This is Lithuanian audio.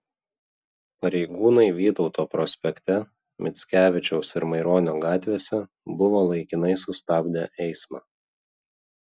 pareigūnai vytauto prospekte mickevičiaus ir maironio gatvėse buvo laikinai sustabdę eismą